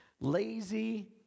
lazy